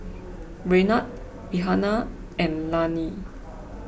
Raynard Rihanna and Lanie